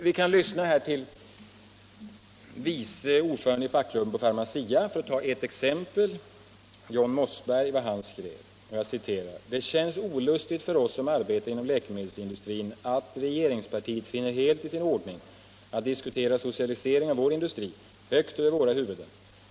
Så här skrev t.ex. John Mossberg, vice ordföranden i fackklubben hos Pharmacia: ”Det känns olustigt för oss som arbetar inom läkemedelsindustrin att —-—-- regeringspartiet finner helt i sin ordning att diskutera socialisering av vår industri högt över våra huvuden.